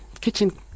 kitchen